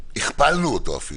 הכפלנו אותו אפילו.